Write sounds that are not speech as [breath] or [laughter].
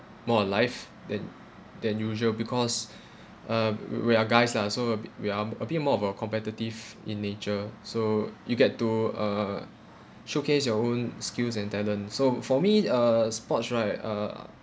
more alive than than usual because [breath] uh we we are guys lah so a bit we are a bit more of uh competitive in nature so you get to uh showcase your own skills and talent so for me uh sports right uh